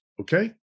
Okay